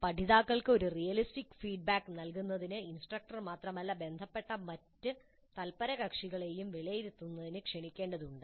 പഠിതാക്കൾക്ക് ഒരു realistic feedback നൽകുന്നതിന് ഇൻസ്ട്രക്ടർ മാത്രമല്ല ബന്ധപ്പെട്ട മറ്റ് തല്പരകക്ഷിളെയും വിലയിരുത്തുന്നതിന് ക്ഷണിക്കേണ്ടതുണ്ട്